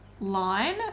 line